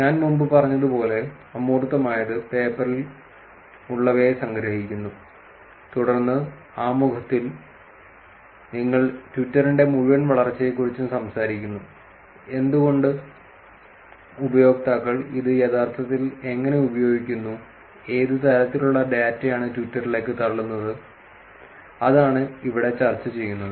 ഞാൻ മുമ്പ് പറഞ്ഞതുപോലെ അമൂർത്തമായത് പേപ്പറിൽ ഉള്ളവയെ സംഗ്രഹിക്കുന്നു തുടർന്ന് ആമുഖത്തിൽ നിങ്ങൾ ട്വിറ്ററിന്റെ മുഴുവൻ വളർച്ചയെക്കുറിച്ചും സംസാരിക്കുന്നു എന്തുകൊണ്ട് ഉപയോക്താക്കൾ ഇത് യഥാർത്ഥത്തിൽ എങ്ങനെ ഉപയോഗിക്കുന്നു ഏത് തരത്തിലുള്ള ഡാറ്റയാണ് ട്വിറ്ററിലേക്ക് തള്ളുന്നത് അതാണ് ഇവിടെ ചർച്ച ചെയ്യുന്നത്